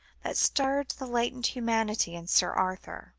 that stirred the latent humanity in sir arthur